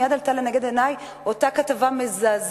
מייד עלתה לנגד עיני אותה כתבה מזעזעת